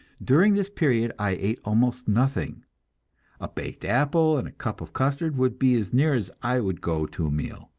during this period i ate almost nothing a baked apple and a cup of custard would be as near as i would go to a meal,